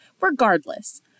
regardless